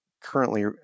currently